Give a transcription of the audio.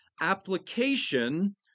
application